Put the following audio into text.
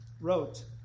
wrote